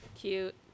Cute